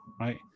right